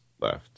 left